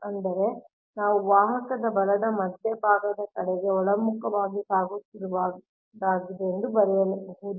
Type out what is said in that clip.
ಅಂದರೆ ನಾವು ವಾಹಕದ ಬಲದ ಮಧ್ಯಭಾಗದ ಕಡೆಗೆ ಒಳಮುಖವಾಗಿ ಸಾಗುತ್ತಿರುವಾಗ ಇಲ್ಲಿ ಬರೆಯಲಾಗಿದೆ